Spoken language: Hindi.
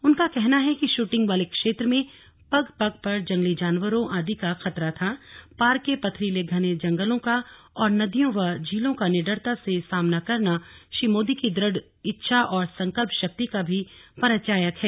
उनका कहना है कि शूटिंग वाले क्षेत्र में पग पग पर जंगली जानवरों आदि का खतरा था पार्क के पथरीले घने जंगलों का और नदियों व झीलों का निडरता से सामना करना श्री मोदी की दृढ़ इच्छा और संकल्प शक्ति का भी परिचायक है